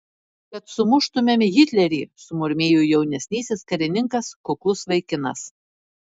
kad sumuštumėm hitlerį sumurmėjo jaunesnysis karininkas kuklus vaikinas